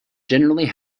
generally